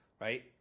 right